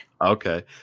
Okay